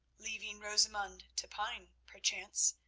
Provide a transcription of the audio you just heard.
leaving rosamund to pine, perchance.